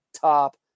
top